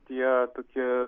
tie tokie